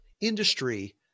industry